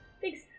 Thanks